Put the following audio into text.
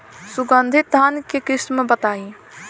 सुगंधित धान के किस्म बताई?